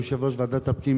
יושב-ראש ועדת הפנים,